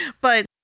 But-